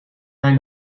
hij